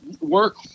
work